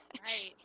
right